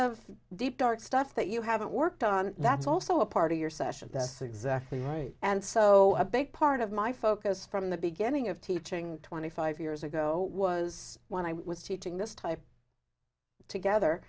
of deep dark stuff that you haven't worked on that's also a part of your session that's exactly right and so a big part of my focus from the beginning of teaching twenty five years ago was when i was teaching this type together